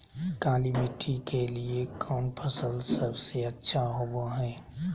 काली मिट्टी के लिए कौन फसल सब से अच्छा होबो हाय?